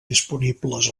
disponibles